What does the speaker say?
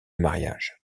mariage